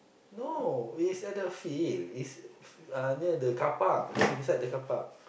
no it is at the field it's f~ near the carpark just beside the carpark